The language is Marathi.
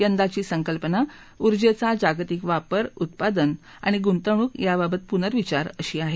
यंदाची संकल्पना ऊर्जेचा जागतिक वापर उत्पादन आणि गुंतवणूक याबाबत पुनर्विचार अशी आहे